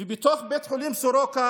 ובבית חולים סורוקה